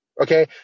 Okay